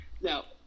Now